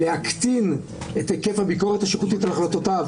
להקטין את היקף הביקורת השיפוטית על החלטותיו,